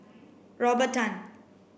Robert Tan